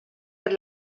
per